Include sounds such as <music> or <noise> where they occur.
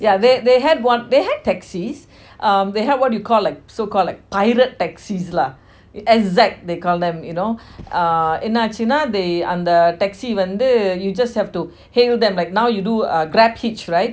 yeah yeah they they had one they had taxis um they had what you call like so call pirate taxis lah <breath> exact they call them you know uh என்னாச்சின்னா அந்த:ennachina antha taxi வந்து:vanthu you just have to hail them like now you do grab hitch right